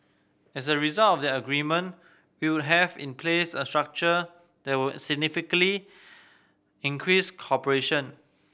as a result of that agreement we would have in place a structure that would significantly increase cooperation